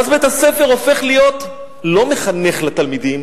ואז בית-הספר הופך להיות לא מחנך לתלמידים